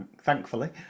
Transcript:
thankfully